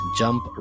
jump